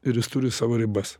ir jis turi savo ribas